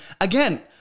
again